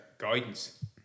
Guidance